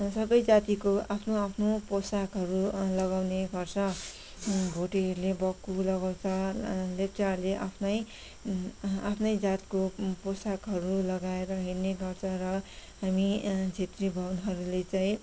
सबै जातिको आफ्नो आफ्नो पोसाकहरू लगाउँने गर्छ भोटेहरूले बक्खु लगाउँछ लेप्चाहरूले आफ्नै आफ्नै जातको पोसाकहरू लगाएर हिँड्ने गर्छ र हामी छेत्री बाहुनहरूले चाहिँ